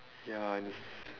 ya and it's